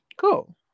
Cool